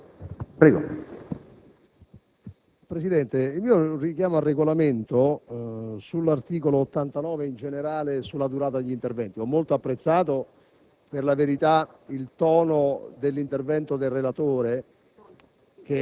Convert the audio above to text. Presidente, il mio è un richiamo al Regolamento sull'articolo 89, e in generale sulla durata degli interventi. Ho molto apprezzato,